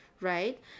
right